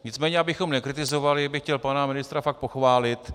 Nicméně abychom nekritizovali, bych chtěl pana ministra fakt pochválit.